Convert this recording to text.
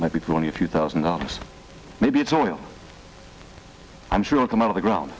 might be going to a few thousand dollars maybe it's all i'm sure will come out of the ground